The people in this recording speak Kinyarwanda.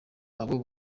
abo